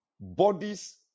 Bodies